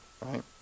right